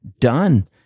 done